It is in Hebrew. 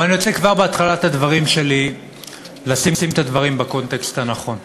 אבל אני רוצה כבר בהתחלת הדברים שלי לשים את הדברים בקונטקסט הנכון,